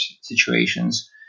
situations